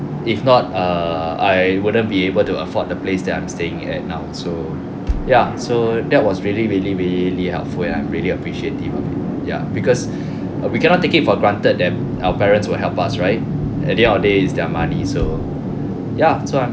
if not err I wouldn't be able to afford the place that I'm staying at now so ya so that was really really really helpful and I'm really appreciative ya because we cannot take it for granted that our parents will help us right at the end of the day it's their money so ya so I'm